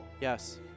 Yes